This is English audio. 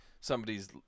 somebody's